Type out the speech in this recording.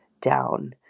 down